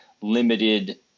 limited